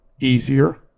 easier